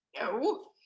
no